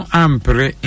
ampre